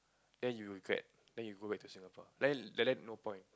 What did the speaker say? then you regret then you go back to Singapore like that like that no point